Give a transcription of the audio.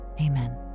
amen